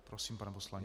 Prosím, pane poslanče.